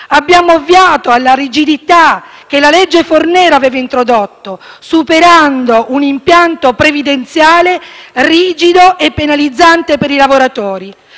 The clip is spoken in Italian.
Abbiamo ovviato alla rigidità che la legge Fornero aveva introdotto, superando un impianto previdenziale rigido e penalizzante per i lavoratori.